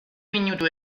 minutu